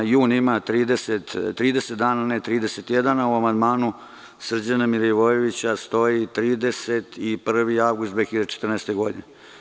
Jun ima 30 dana, ne 31, a u amandmanu Srđana Milivojevića stoji 31. avgust 2014. godine.